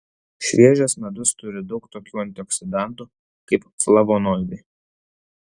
šviežias medus turi daug tokių antioksidantų kaip flavonoidai